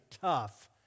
tough